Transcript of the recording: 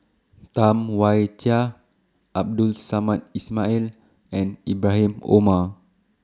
Tam Wai Jia Abdul Samad Ismail and Ibrahim Omar